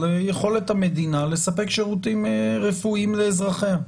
יכולת המדינה לספק שירותים רפואיים לאזרחיה.